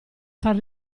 far